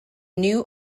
new